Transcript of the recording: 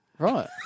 Right